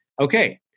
okay